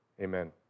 Amen